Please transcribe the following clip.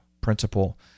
principle